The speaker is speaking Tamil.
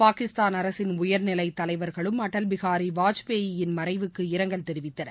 பாகிஸ்தான் அரசின் உயர்நிலைத் தலைவர்களும் அடல் பிகாரி வாஜ்பாய் மறைவுக்கு இரங்கல் தெரிவித்தனர்